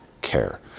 care